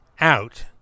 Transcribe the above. out